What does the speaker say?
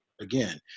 again